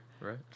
right